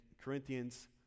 Corinthians